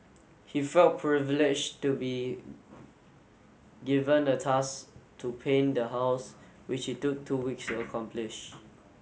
he felt privileged to be given the task to paint the house which he took two weeks accomplish